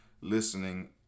listening